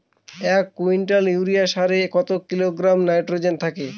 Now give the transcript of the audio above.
এক quintal urea সারে কত কিলোগ্রাম নাইট্রোজেন থাকে?